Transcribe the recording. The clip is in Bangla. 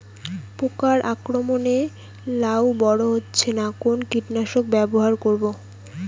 পোকার আক্রমণ এ লাউ বড় হচ্ছে না কোন কীটনাশক ব্যবহার করব?